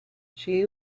she